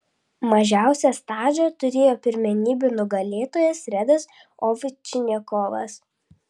mažiausią stažą turėjo pirmenybių nugalėtojas redas ovčinikovas